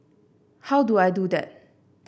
how do I do that